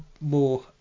more